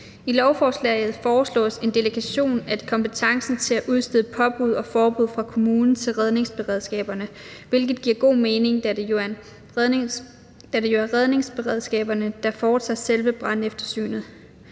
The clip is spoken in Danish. I lovforslaget foreslås en delegering af kompetencen til at udstede påbud og forbud for kommunen til redningsberedskaberne, hvilket giver god mening, da det jo er redningsberedskaberne, der foretager selve brandeftersynet.